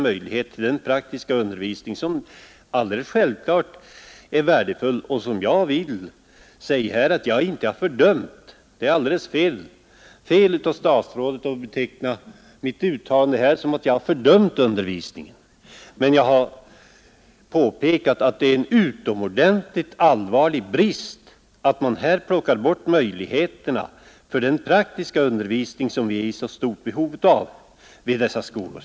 Men det är alldeles fel av statsrådet att påstå att jag har utdömt undervisningen. Vad jag har påpekat är att det är en utomordentligt allvarlig brist att man nu avskaffar möjligheterna till den praktiska undervisning som eleverna har så stort behov av vid dessa skolor.